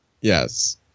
Yes